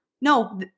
no